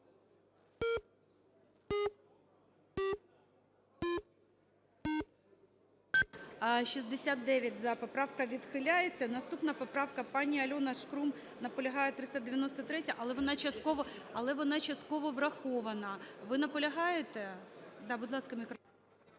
За-69 Поправка відхиляється. Наступна поправка. ПаніАльона Шкрум наполягає, 393-я, але вона частково врахована. Ви наполягаєте?